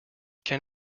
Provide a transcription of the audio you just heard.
can